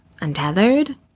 untethered